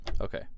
Okay